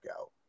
out